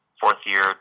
fourth-year